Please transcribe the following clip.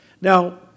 Now